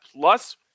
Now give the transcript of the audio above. plus